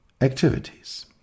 activities